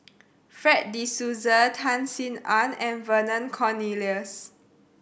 Fred De Souza Tan Sin Aun and Vernon Cornelius